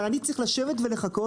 אבל אני צריך לשבת ולחכות.